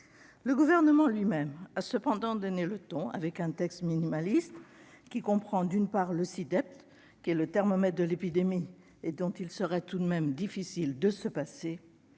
Le Gouvernement lui-même a cependant donné le ton avec un texte minimaliste qui comprend, d'une part, le SI-DEP, thermomètre de l'épidémie dont il serait tout de même difficile de se passer,